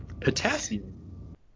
Potassium